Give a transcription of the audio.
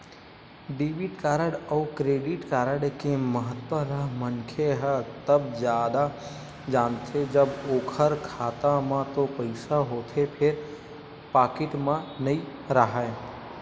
debit card अउ credit card के महत्ता ल मनखे ह तब जादा जानथे जब ओखर खाता म तो पइसा होथे फेर पाकिट म नइ राहय